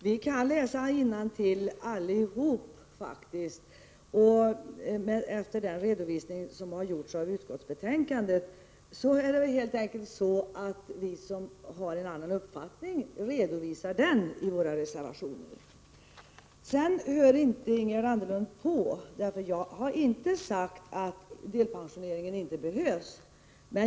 Herr talman! Vi kan läsa innantill allihop faktiskt, Ingegerd Anderlund. Efter den redovisning som har lämnats i utskottsbetänkandet har vi, som hyser en annan uppfattning, redovisat den i våra reservationer. Sedan hör inte Ingegerd Anderlund på, jag har nämligen inte sagt att delpensioneringen inte behövs.